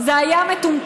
זה היה מטומטם.